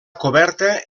coberta